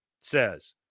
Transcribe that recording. says